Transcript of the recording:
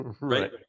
Right